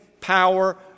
power